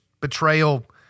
betrayal